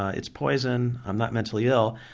ah it's poison, i'm not mentally ill,